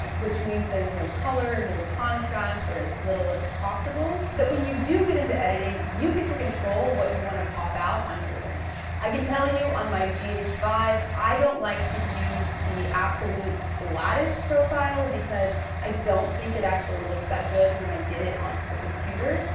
which means there's no color, no contrast, or as little as possible, so that when you do get into editing, you get to control what you want to pop out on your image. i can tell you, on my g h five, i don't like to use the absolute flattest profile because i don't think it actually looks that good when i get it onto the computer,